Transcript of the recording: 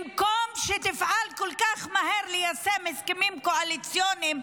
במקום שתפעל כל כך מהר ליישם הסכמים קואליציוניים,